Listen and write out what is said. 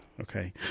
Okay